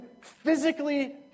physically